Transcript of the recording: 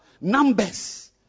numbers